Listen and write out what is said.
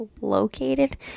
located